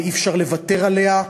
ואי-אפשר לוותר עליה,